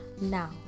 now